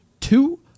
two